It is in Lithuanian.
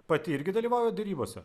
pati irgi dalyvaujat derybose